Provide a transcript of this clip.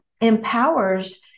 empowers